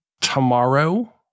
tomorrow